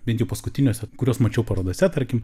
bent jau paskutiniuose kuriuos mačiau parodose tarkim